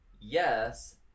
yes